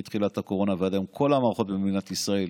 מתחילת הקורונה ועד היום כל המערכות במדינת ישראל